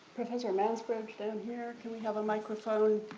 professor mansbridge down here. can we have a microphone?